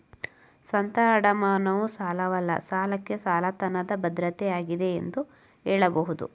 ಸ್ವಂತ ಅಡಮಾನವು ಸಾಲವಲ್ಲ ಸಾಲಕ್ಕೆ ಸಾಲದಾತನ ಭದ್ರತೆ ಆಗಿದೆ ಎಂದು ಹೇಳಬಹುದು